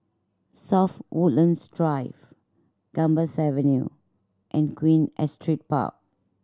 South Woodlands Drive Gambas Avenue and Queen Astrid Park